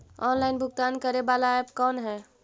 Online भुगतान करे बाला ऐप कौन है?